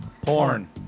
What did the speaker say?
Porn